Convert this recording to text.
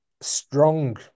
strong